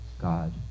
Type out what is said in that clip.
God